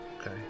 Okay